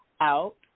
out